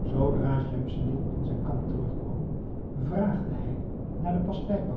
zoodra schemseddin in zijn kamp terugkwam vraagde hij naar den